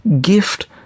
gift